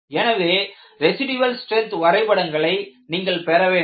எனவே residual strength வரைபடங்களை நீங்கள் பெறவேண்டும்